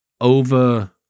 over